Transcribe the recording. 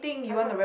I can't remember